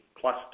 plus